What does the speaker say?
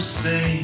say